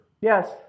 Yes